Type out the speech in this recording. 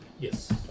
Yes